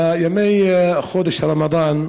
בימי חודש הרמדאן,